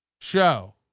show